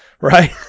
right